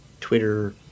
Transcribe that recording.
twitter